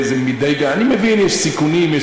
אני מבין שיש סיכונים,